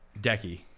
Decky